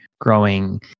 growing